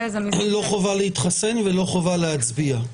לא חובה להתחסן ולא חובה להצביע.